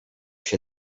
się